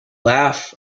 laugh